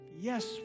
Yes